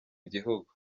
gihugu